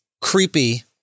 creepy